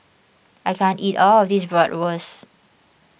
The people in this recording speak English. I can't eat all of this Bratwurst